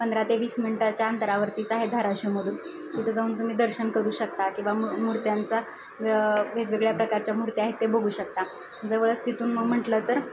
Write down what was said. पंधरा ते वीस मिनिटाच्या अंतरावरतीच आहे धाराशिवमधून तिथं जाऊन तुम्ही दर्शन करू शकता किंवा मु मूर्त्यांचा व वेगवेगळ्या प्रकारच्या मूर्त्या आहेत ते बघू शकता जवळच तिथून मग म्हटलं तर